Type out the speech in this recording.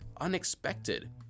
unexpected